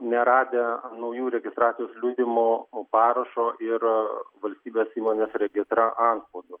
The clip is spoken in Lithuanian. neradę naujų registracijos liudijimo parašo ir valstybės įmonės regitra antspaudo